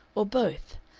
or both.